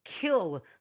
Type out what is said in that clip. kill